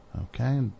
Okay